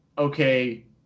okay